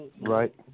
Right